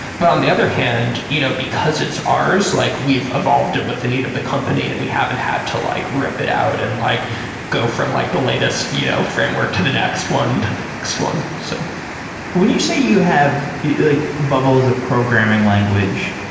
but on the other hand, you know because it's ours, like we've evolved it with the need of the company and we haven't had to like rip it out and like go from like the latest you know framework to the next one to the next one so when you say you have like bubble is a programming language,